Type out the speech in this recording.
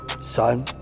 Son